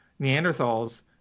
Neanderthals